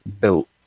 built